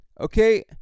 Okay